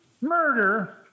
Murder